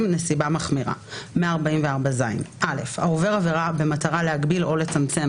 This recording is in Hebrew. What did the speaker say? נסיבה מחמירה 144ז. (א) העובר עבירה במטרה להגביל או לצמצם"